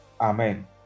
amen